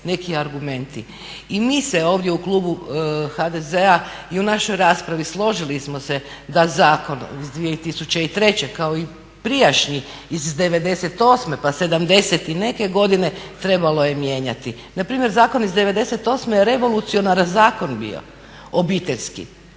I mi se ovdje u klubu HDZ-a i u našoj raspravi složili smo se da zakon iz 2003. kao i prijašnji iz '98., pa sedamdeset i neke godine trebalo je mijenjati. Na primjer Zakon iz '98. je revolucionaran zakon bio obiteljski.